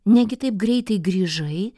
negi taip greitai grįžai